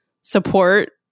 support